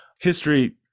History